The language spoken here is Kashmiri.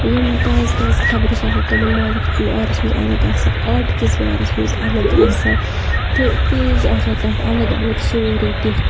یِم تازٕ تازٕ خبرٕ چھِ آسان تِمَن بارَس منٛز اَلگ آسان آٹکِس بارس منٛز اَلگ آسان تہٕ پیج آسان تَتھ اَلگ اَلگ سورُے دِتھ